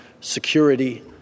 security